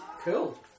Cool